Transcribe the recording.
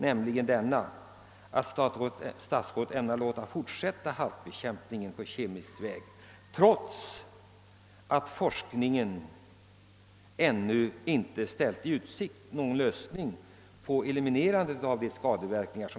Statsrådet säger ju att han ämnar låta halkbekämpningen på kemisk väg fortsätta, trots att forskningen ännu inte ställt i utsikt någon lösning som eliminerar saltets skadeverkningar.